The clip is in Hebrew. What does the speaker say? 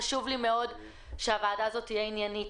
חשוב לי מאוד שהוועדה הזאת תהיה עניינית